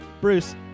Bruce